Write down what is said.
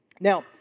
Now